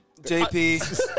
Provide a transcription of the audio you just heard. JP